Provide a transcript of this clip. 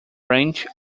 branch